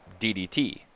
DDT